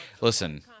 listen